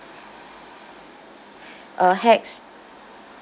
uh hash